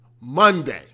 Monday